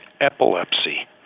epilepsy